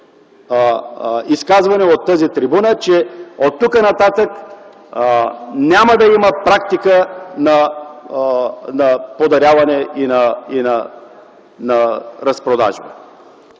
изказвания от тази трибуна, че оттук нататък няма да има практика на подаряване и на разпродажба.